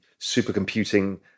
supercomputing